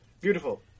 Beautiful